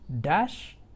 dash